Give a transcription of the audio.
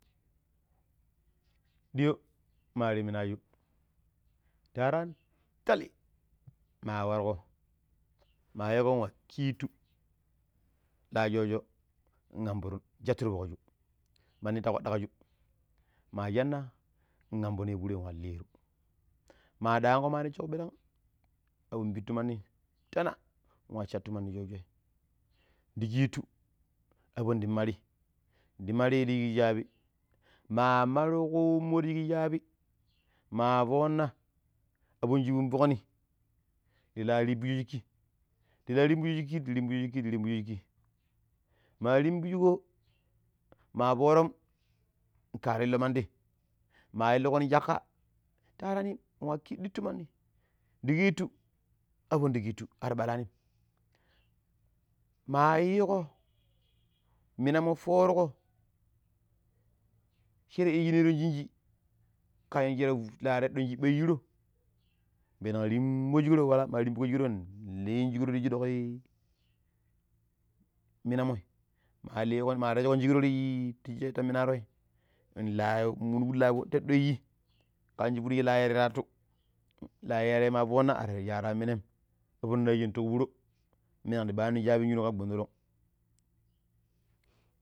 Ɗuyo ma ti minaju ta warani tali ma warko ma yiiko wa keetu la sho sho naburu nsattu ti fooju manni ta kpadakeju ma cana namboon ya foro yua liru, ma ɗankko ma nessiko bilan abon pittu mandi tana nwa sattu mandi soojei ndi kitu abo ndi mari ndi mari ti pee saabi ma marko wemmo ti shiki sabi ma foona abon subun fokni ndi la rimbuso shikki ndi rimbaso shikki ndi rimbuso shikki ndi rimbusu shikki, ma rimbusuko ma foorom nkaro iliilo mandi ma iliko nin shakka ta rani nwa kidittu mani ndi kittu abon da kittu ar balaanim ma yiiko mina mo foruƙƙo shira iya shineron shinji kan shira la reɗɗon shiɓɓa ejuro npennan rimbo shikro walla ma rimbugiƙo shigro. Lin shigro ti shidukii mina moi ma ligon ma tejikon shikoo temminanroi enn la munu pidi la teɗɗo eji kanshi pidi shi pidi la reere ra attu la yaara ma foona ar iya sharu tamminen abon najeni ta furo pinen ndi ɓaano saabi shunu ka gwandulun.